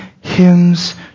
hymns